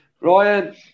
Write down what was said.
Ryan